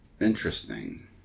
interesting